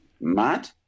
mad